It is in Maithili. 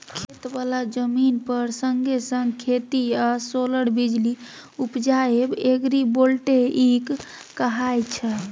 खेत बला जमीन पर संगे संग खेती आ सोलर बिजली उपजाएब एग्रीबोल्टेइक कहाय छै